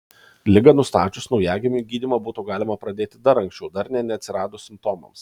ligą nustačius naujagimiui gydymą būtų galima pradėti dar anksčiau dar nė neatsiradus simptomams